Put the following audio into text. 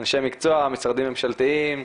אנשי מקצוע, משרדים ממשלתיים,